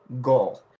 goal